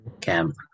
camp